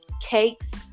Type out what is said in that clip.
Cakes